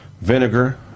vinegar